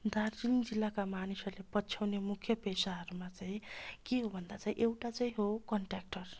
दार्जिलिङ जिल्लाका मानिसहरूले पछ्याउने मुख्य पेसाहरूमा चाहिँ के हो भन्दा चाहिँ एउटा चाहिँ हो कन्ट्र्याक्टर